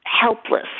helpless